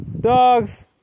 Dogs